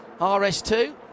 RS2